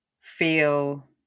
feel